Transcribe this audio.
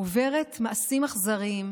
עוברת מעשים אכזריים,